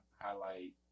highlight